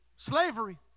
Slavery